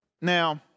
Now